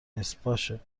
نیست، باشه